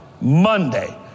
Monday